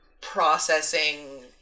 processing